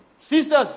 Sisters